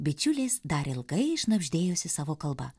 bičiulės dar ilgai šnabždėjosi savo kalba